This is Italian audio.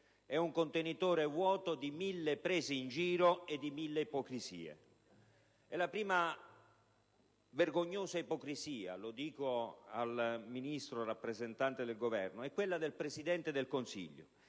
E' un contenitore vuoto di mille prese in giro e di mille ipocrisie. E la prima vergognosa ipocrisia - lo dico al Ministro, al rappresentante del Governo - è quella del Presidente del Consiglio,